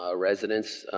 ah residents